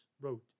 wrote